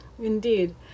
indeed